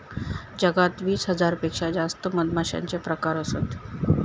जगात वीस हजार पेक्षा जास्त मधमाश्यांचे प्रकार असत